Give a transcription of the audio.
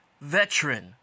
veteran